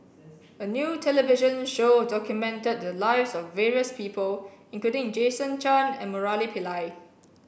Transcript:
a new television show documented the lives of various people including Jason Chan and Murali Pillai